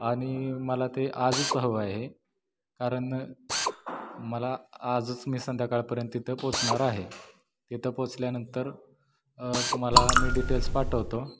आणि मला ते आजच हवं आहे कारण मला आजच मी संध्याकाळपर्यंत तिथं पोचणार आहे तिथं पोचल्यानंतर तुम्हाला मी डिटेल्स पाठवतो